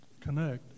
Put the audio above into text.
connect